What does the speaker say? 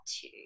two